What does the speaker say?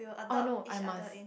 oh no I must